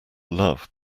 love